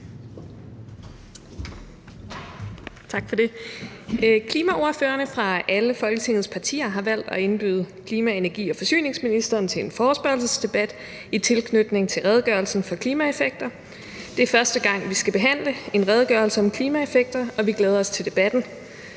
Klimaordførerne for alle Folketingets partier har valgt at indbyde klima-, energi- og forsyningsministeren til en forespørgselsdebat i tilslutning til redegørelsen for klimaeffekter. Det er første gang, vi skal behandle en redegørelse om klimaeffekter, og vi glæder os til debatten.